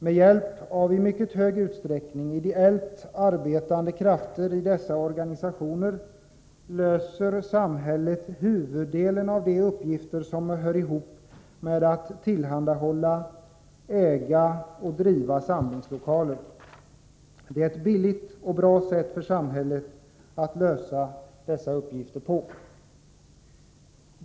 Med hjälp av i mycket stor utsträckning ideellt arbetande krafter i dessa organisationer löser samhället huvuddelen av de uppgifter som hör ihop med att tillhandahålla, äga och driva samlingslokaler. Det är ett billigt och bra sätt för samhället att lösa dessa uppgifter på.